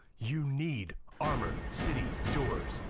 you need armor city doors.